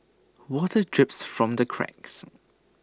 water drips from the cracks